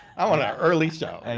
i want a early show. and